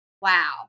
wow